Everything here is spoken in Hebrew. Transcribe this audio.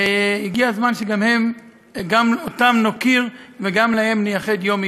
הגיע הזמן שגם אותם נוקיר וגם להם נייחד יום.